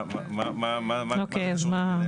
מה הקשר?